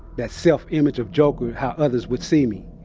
that self-image of joker, how others would see me.